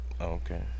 okay